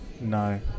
No